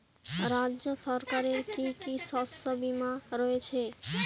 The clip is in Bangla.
রাজ্য সরকারের কি কি শস্য বিমা রয়েছে?